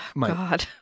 God